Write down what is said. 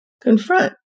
confront